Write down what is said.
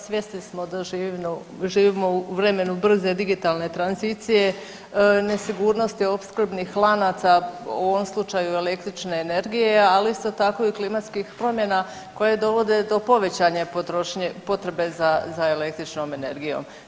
Svjesni smo da živimo u vremenu brze digitalne tranzicije, nesigurnosti opskrbnih lanaca u ovom slučaju električne energije, ali isto tako i klimatskih promjena koje dovode do povećane potrošnje potrebe za električnom energijom.